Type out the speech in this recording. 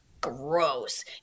gross